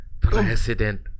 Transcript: president